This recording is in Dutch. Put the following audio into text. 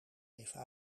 even